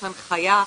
יש הנחיה,